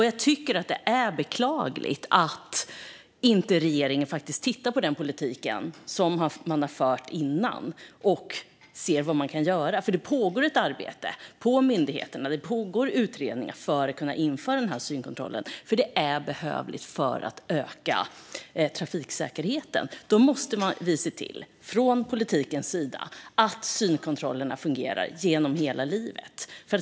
Jag tycker att det är beklagligt att regeringen inte tittar på den politik som man har fört tidigare och ser vad man kan göra. Det pågår nämligen ett arbete på myndigheterna, och det pågår utredningar för att kunna införa dessa synkontroller eftersom det är något som behövs för att öka trafiksäkerheten. Då måste vi från politikens sida se till att synkontroller fungerar genom hela livet.